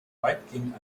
weitgehend